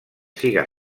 ziga